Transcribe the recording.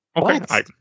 Okay